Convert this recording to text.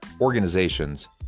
organizations